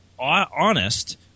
honest